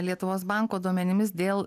lietuvos banko duomenimis dėl